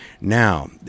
Now